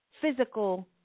physical